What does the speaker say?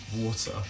water